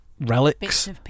relics